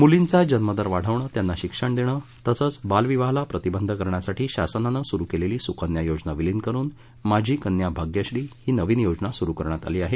मुलींचा जन्मदर वाढवणं त्यांना शिक्षण देणं तसंच बालविवाहाला प्रतिबंध करण्यासाठी शासनानं सुरु केलेली सुकन्या योजना विलिन करुन माझी कन्या भाग्यश्री ही नविन योजना सुरु करण्यात आली आहे